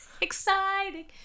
exciting